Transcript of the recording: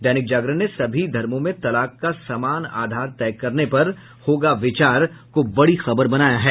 दैनिक जागरण ने सभी धर्मों में तलाक का समान आधार तय करने पर होगा विचार को बड़ी खबर बनाया है